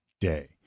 day